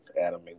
Adam